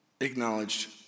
acknowledged